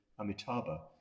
Amitabha